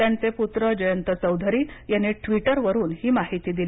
त्यांचे पुत्र जयंत चौधरी यांनी ट्वीटरवरून ही माहिती दिली